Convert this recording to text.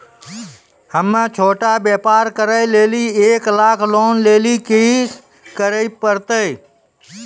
हम्मय छोटा व्यापार करे लेली एक लाख लोन लेली की करे परतै?